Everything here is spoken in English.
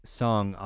song